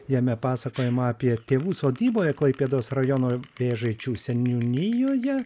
jame pasakojama apie tėvų sodyboje klaipėdos rajono vėžaičių seniūnijoje